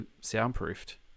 soundproofed